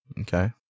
Okay